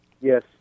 Yes